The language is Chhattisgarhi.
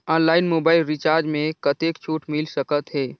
ऑनलाइन मोबाइल रिचार्ज मे कतेक छूट मिल सकत हे?